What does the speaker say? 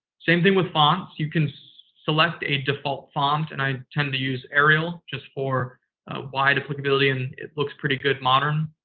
same thing with fonts. you can select a default font. and i tend to use arial, just for wide applicability and it looks pretty good modern-wise.